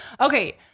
okay